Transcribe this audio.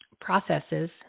processes